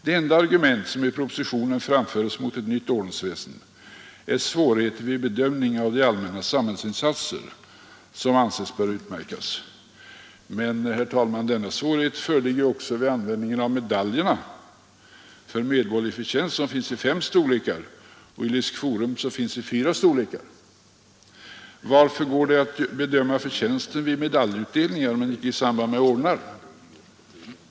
Det enda argument som i propositionen framföres mot ett nytt ordensväsen är svårigheten vid bedömning av de allmänna samhällsinsatser som anses böra utmärkas. Men, herr talman, denna svårighet föreligger också vid användningen av medaljerna ”För medborgerlig förtjänst”, som finns i fem storlekar, och ”Ilis quorum”, som finns i fyra storlekar. Varför går det att bedöma förtjänsten vid medaljutdelningar men icke i samband med ordnar?